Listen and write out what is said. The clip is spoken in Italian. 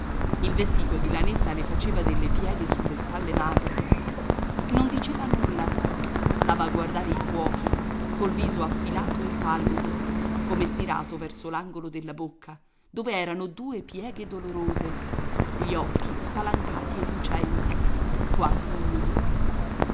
il vestito di lanetta le faceva delle pieghe sulle spalle magre non diceva nulla stava a guardare i fuochi col viso affilato e pallido come stirato verso l'angolo della bocca dove erano due pieghe dolorose gli occhi spalancati e lucenti quasi umidi